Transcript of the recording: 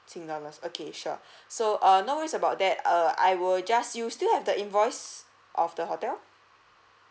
okay sure so err no worries about that err I will just you still have the invoice of the hotel